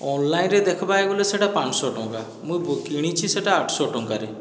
ଅନ୍ଲାଇନ୍ରେ ଦେଖ୍ବାକେ ଗଲେ ସେହିଟା ପାଁଶହ ଟଙ୍କା ମୁଇଁ ବ କିଣିଛି ସେହିଟା ଆଠଶହ ଟଙ୍କାରେ